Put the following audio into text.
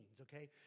okay